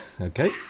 Okay